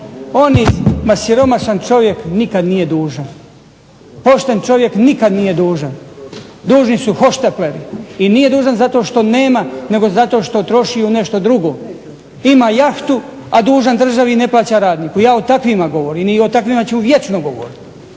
onim, ma siromašan čovjek nikad nije dužan. Pošten čovjek nikad nije dužan, dužni su hohštapleri i nije dužan zato što nema nego zato što troši u nešto drugo. Ima jahtu, a dužan državi i ne plaća radniku, ja o takvima govorim i o takvima ću vječno govoriti